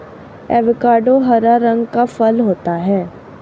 avocado हरा रंग का फल होता है